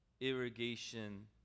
irrigation